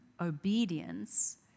obedience